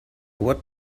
what